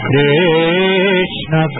Krishna